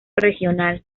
regional